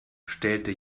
stellte